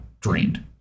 drained